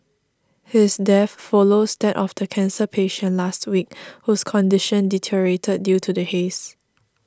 his death follows that of the cancer patient last week whose condition deteriorated due to the haze